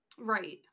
right